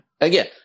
Again